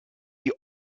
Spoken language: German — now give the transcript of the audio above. die